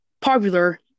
popular